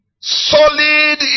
Solid